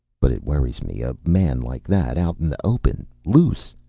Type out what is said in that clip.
but it worries me, a man like that out in the open. loose.